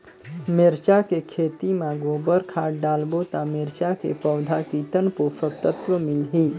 मिरचा के खेती मां गोबर खाद डालबो ता मिरचा के पौधा कितन पोषक तत्व मिलही?